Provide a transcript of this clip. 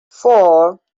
four